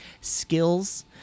skills